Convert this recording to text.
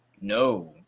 No